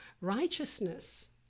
Righteousness